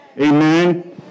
Amen